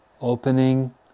Opening